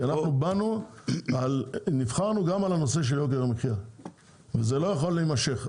כי אנחנו נבחרנו גם על הנושא של יוקר המחיה וזה לא יכול להימשך,